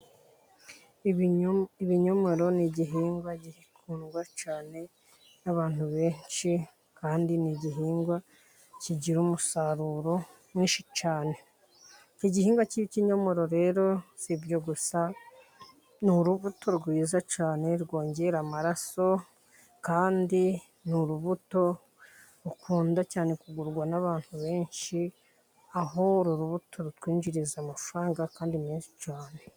Ibinyomoro ni igihingwa gikundwa cyane n'abantu benshi, kandi ni igihingwa kigira umusaruro mwinshi cyane, iki gihingwa cy'ikinyomoro rero si ibyo gusa ni urubuto rwiza cyane rwongera amaraso, kandi ni urubuto rukunda cyane kugurwa n'abantu benshi, aho uru rubuto rutwinjiriza amafaranga kandi menshi cyane.